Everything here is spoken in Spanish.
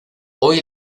hoy